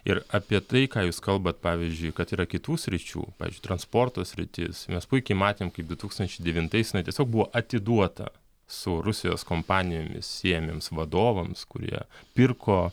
ir apie tai ką jūs kalbat pavyzdžiui kad yra kitų sričių pavyzdžiui transporto sritis mes puikiai matėm kaip du tūkstančiai devintais jinai tiesiog buvo atiduota su rusijos kompanijomis siejamiems vadovams kurie pirko